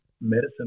medicine